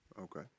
Okay